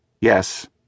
Yes